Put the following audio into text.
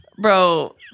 Bro